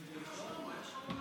הוא הקריא את השם.